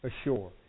ashore